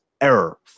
Error